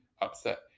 upset